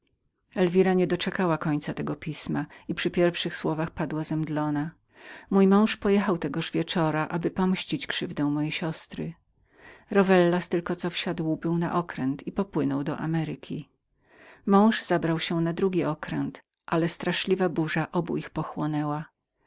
elwira nie doczekała końca tego pisma i przy pierwszych słowach padła zemdlona mój mąż tego wieczora pojechał ażeby pomścić krzywdy mojej siostry rowellas tylko co wsiadł był na okręt i popłynął do ameryki mój mąż zabrał się na drugi okręt ale straszliwa burza obu ich pochłonęła